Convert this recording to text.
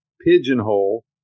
pigeonhole